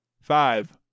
Five